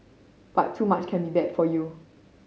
but too much can be bad for you